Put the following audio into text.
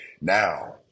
Now